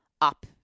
Up